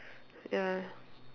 ya